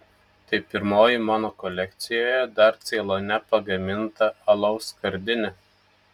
tai pirmoji mano kolekcijoje dar ceilone pagaminta alaus skardinė